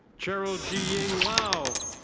cheryl ji-ying lao.